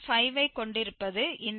5 ஐக் கொண்டிருப்பது இந்த 0